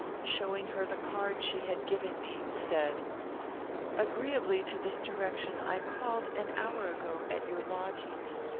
showing her the card she had given me, said agreeably to this direction, i called an hour ago, at your lodgings.